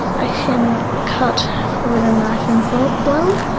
i can cut with a knife and fork well.